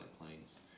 planes